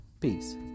peace